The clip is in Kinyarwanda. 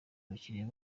abakiliya